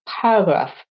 paragraph